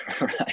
Right